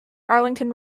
arlington